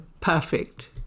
perfect